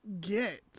get